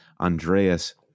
Andreas